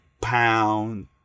pound